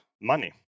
money